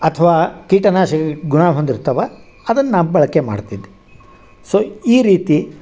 ಅಥ್ವಾ ಕೀಟನಾಶಕ ಗುಣ ಹೊಂದಿರ್ತವೆ ಅದನ್ನ ಬಳಕೆ ಮಾಡ್ತಿದ್ದೆ ಸೊ ಈ ರೀತಿ